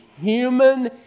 human